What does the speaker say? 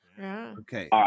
Okay